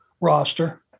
roster